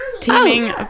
teaming